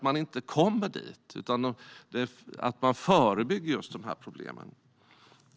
Man ska i stället förebygga dessa problem.